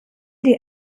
die